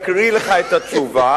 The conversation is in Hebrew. אני אקריא לך את התשובה,